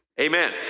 Amen